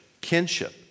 kinship